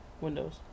Windows